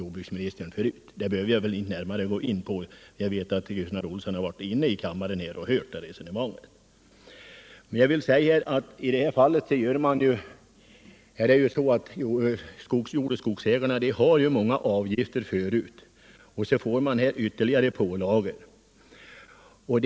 Jordbruksministern har redogjort för det, och jag behöver inte gå närmare in på det eftersom Gunnar Olsson var i kammaren under jordbruksministerns anförande. Till de många avgifter som belastar skogsoch jordägarna skulle de få ytterligare pålagor.